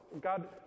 God